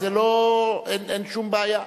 אין שום בעיה.